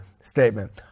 statement